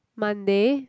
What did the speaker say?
Monday